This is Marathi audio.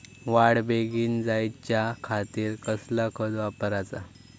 वाढ बेगीन जायच्या खातीर कसला खत वापराचा?